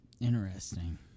Interesting